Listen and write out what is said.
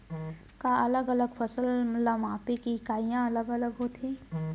का अलग अलग फसल ला मापे के इकाइयां अलग अलग होथे?